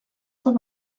cent